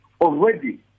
already